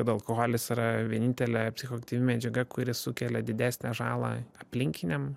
kad alkoholis yra vienintelė psichoaktyvi medžiaga kuri sukelia didesnę žalą aplinkiniam